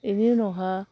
एनि उनावहा